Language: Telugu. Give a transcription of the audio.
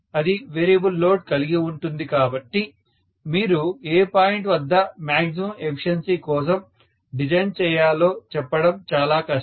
అది వేరియబుల్ లోడ్ కలిగి ఉంటుంది కాబట్టి మీరు ఏ పాయింట్ వద్ద మ్యాగ్జిమం ఎఫిషియన్సీ కోసం డిజైన్ చేయాలో చెప్పడం చాలా కష్టం